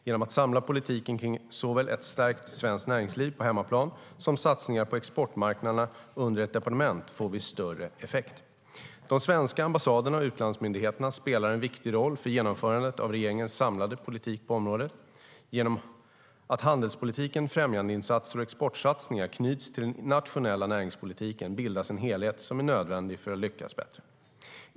Genom att samla politiken kring såväl ett stärkt svenskt näringsliv på hemmaplan som satsningar på exportmarknaderna under ett departement får vi större effekt. De svenska ambassaderna och utlandsmyndigheterna spelar en viktig roll för genomförandet av regeringens samlade politik på området. Genom att handelspolitiken, främjandeinsatser och exportsatsningar knyts till den nationella näringspolitiken bildas en helhet som är nödvändig för att lyckas bättre.